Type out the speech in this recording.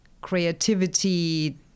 creativity